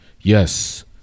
Yes